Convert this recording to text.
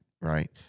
right